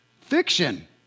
Fiction